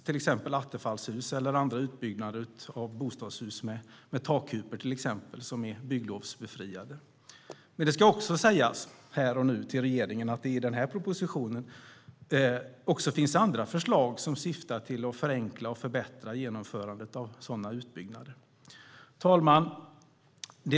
Till exempel är Attefallshus och utbyggnader av bostadshus med takkupor eller annat bygglovsbefriade. Men det ska sägas till regeringen här och nu att det i propositionen även finns andra förslag som syftar till att förenkla och förbättra genomförandet av sådana utbyggnader. Herr talman!